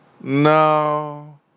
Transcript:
no